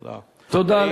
תודה.